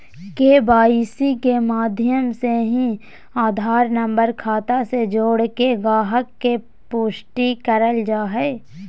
KYC के माध्यम से ही आधार नम्बर खाता से जोड़के गाहक़ के पुष्टि करल जा हय